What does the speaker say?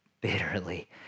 bitterly